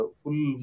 full